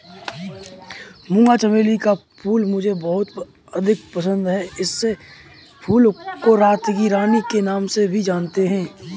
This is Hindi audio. मूंगा चमेली का फूल मुझे बहुत अधिक पसंद है इस फूल को रात की रानी के नाम से भी जानते हैं